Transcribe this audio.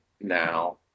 now